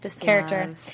character